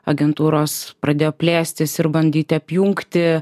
agentūros pradėjo plėstis ir bandyti apjungti